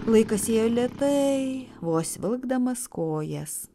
laikas ėjo lėtai vos vilkdamas kojas